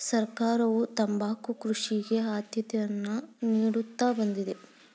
ಸರ್ಕಾರವು ತಂಬಾಕು ಕೃಷಿಗೆ ಆದ್ಯತೆಯನ್ನಾ ನಿಡುತ್ತಾ ಬಂದಿದೆ